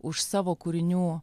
už savo kūrinių